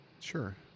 Sure